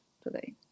today